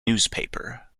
newspaper